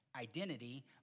identity